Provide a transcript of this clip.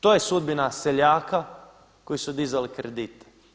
To je sudbina seljaka koji su dizali kredite.